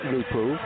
Lupu